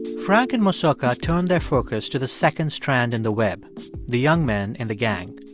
frank and mosoka turned their focus to the second strand in the web the young men in the gang.